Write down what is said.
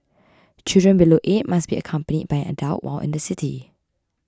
children below eight must be accompanied by an adult while in the city